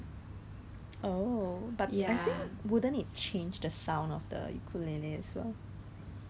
and told is new but it's not aesthetically pleasing but I think definitely some people will buy lah